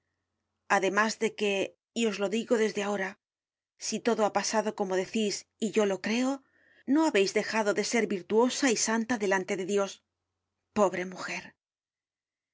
además de que y os lo digo desde ahora si todo ha pasado como decís y yo lo creo no habeis dejado de ser virtuosa y santa delante de dios pobre mujer